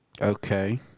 Okay